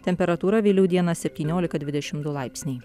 temperatūra vėliau dieną septyniolika dvidešimt du laipsniai